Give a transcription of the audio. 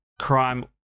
crime